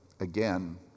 again